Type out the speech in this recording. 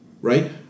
Right